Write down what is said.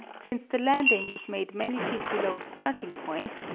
since the landing was made many feet below the starting point,